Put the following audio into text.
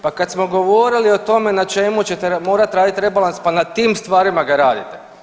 Pa kad smo govorili o tome na čemu ćete, morate raditi rebalans, pa na tim stvarima ga radite.